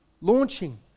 launching